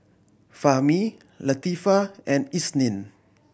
Fahmi Latifa and Isnin